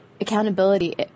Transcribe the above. accountability